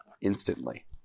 instantly